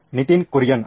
ನಿತಿನ್ ಕುರಿಯನ್ ಹೌದು